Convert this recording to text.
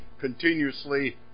continuously